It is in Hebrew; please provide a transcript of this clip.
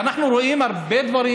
ואנחנו רואים הרבה דברים.